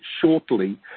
shortly